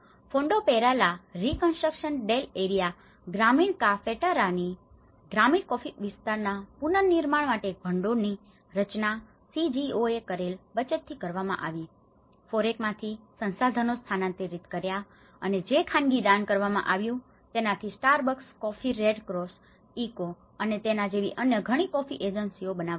ફોન્ડો પેરા લા રિકન્સ્ટ્રક્શન ડેલ એરિયા ગ્રામીણ કાફેટેરાની a Fondo para la reconstruction del area rural cafeteria ગ્રામીણ કોફી વિસ્તારના પુનર્નિર્માણ માટે એક ભંડોળ રચના CGOએ કરેલ બચતથી કરવામાં આવી હતી ફોરેકમાંથી સંસાધનો સ્થાનાંતરીત કર્યા અને જે ખાનગી દાન કરવામાં આવ્યું હતું તેનાથી Starbucks coffee Red Cross ECHO અને તેના જેવી અન્ય ઘણી કોફી એજન્સીઓ બનાવવામાં આવી